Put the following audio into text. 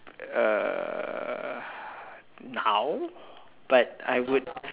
err now but I would